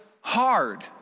hard